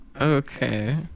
okay